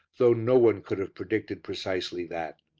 though no one could have predicted precisely that.